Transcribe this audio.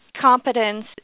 Competence